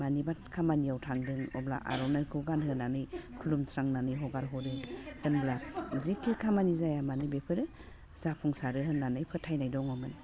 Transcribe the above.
मानिबा खामानियाव थांदों अब्ला आर'नाइखौ गानहोनानै खुलुमस्रांनानै हगारहरो होनब्ला जिखि खामानि जाया मानो बेफोरो जाफुंसारो होननानै फोथायनाय दङमोन